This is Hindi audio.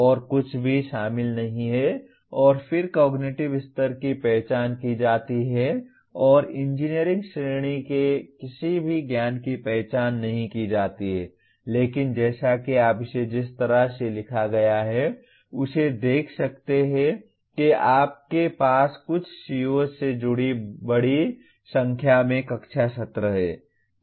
और कुछ भी शामिल नहीं है और फिर कॉग्निटिव स्तर की पहचान की जाती है और इंजीनियरिंग श्रेणी के किसी भी ज्ञान की पहचान नहीं की जाती है लेकिन जैसा कि आप इसे जिस तरह से लिखा गया है उसे देख सकते हैं कि आपके पास कुछ COs से जुड़े बड़ी संख्या में कक्षा सत्र हैं